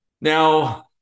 Now